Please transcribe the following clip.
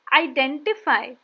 identify